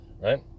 Right